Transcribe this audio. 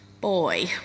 Boy